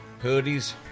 hoodies